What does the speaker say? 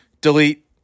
delete